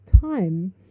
time